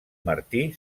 martí